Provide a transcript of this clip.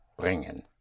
bringen